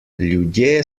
ljudje